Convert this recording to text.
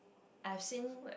I've seen